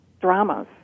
dramas